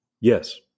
Yes